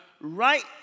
right